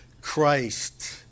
Christ